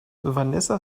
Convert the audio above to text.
vanessa